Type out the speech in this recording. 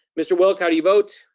mr. wilk, how do you vote?